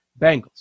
Bengals